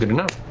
know.